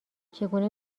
چگونه